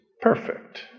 Perfect